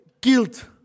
guilt